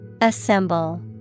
Assemble